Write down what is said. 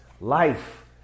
Life